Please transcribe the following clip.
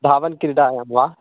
धावनक्रीडायां वा